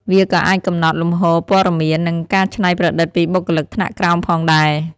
វាក៏អាចកំណត់លំហូរព័ត៌មាន និងការច្នៃប្រឌិតពីបុគ្គលិកថ្នាក់ក្រោមផងដែរ។